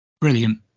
brilliant